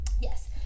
Yes